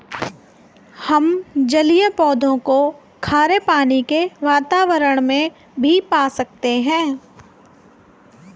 हम जलीय पौधों को खारे पानी के वातावरण में भी पा सकते हैं